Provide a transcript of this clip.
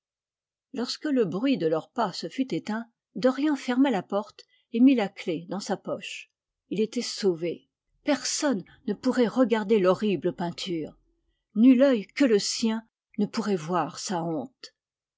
lorsque le bruit de leurs pas se fut éteint dorian ferma la porte et mit la clef dans sa poche il était sauvé personne ne pourrait regarder l'horrible peinture nul œil que le sien ne pourrait voir sa honte